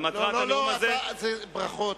לא, אמרנו, ברכות.